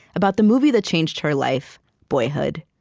about the movie that changed her life boyhood.